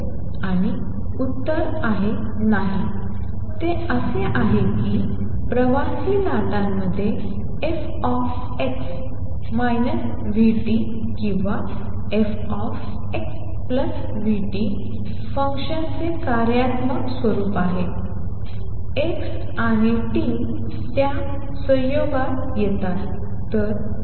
आणि उत्तर नाही असे आहे कारण प्रवाही लाटामध्ये fx vt किंवा fxvt फंक्शनचे कार्यात्मक स्वरूप आहे x आणि t त्या संयोगात येतात